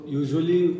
usually